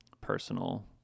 personal